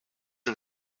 and